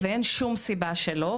אין שום סיבה שלא.